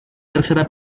tercera